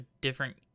different